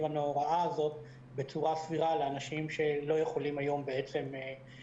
הנוראה הזו בצורה סבירה בקרב אנשים שלא יכולים היום להתקיים.